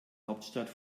hauptstadt